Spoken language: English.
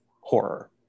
horror